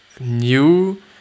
new